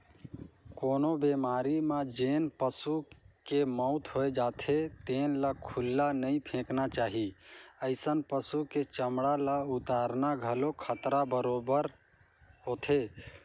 कोनो बेमारी म जेन पसू के मउत हो जाथे तेन ल खुल्ला नइ फेकना चाही, अइसन पसु के चमड़ा ल उतारना घलो खतरा बरोबेर होथे